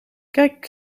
kijk